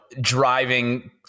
driving